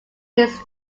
his